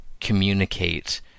communicate